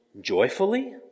joyfully